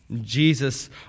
Jesus